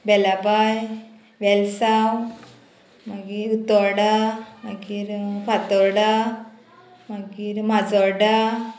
वेलापाय वेलसांव मागीर उतोडा मागीर फातोडा मागीर माजोडा